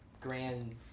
grand